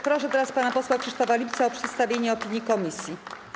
Proszę teraz pana posła Krzysztofa Lipca o przedstawienie opinii komisji.